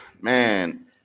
man